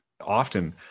often